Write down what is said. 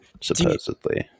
supposedly